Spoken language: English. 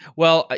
well,